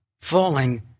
falling